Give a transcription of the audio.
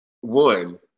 one